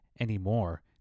anymore